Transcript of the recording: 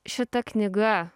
šita knyga